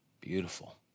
beautiful